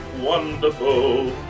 Wonderful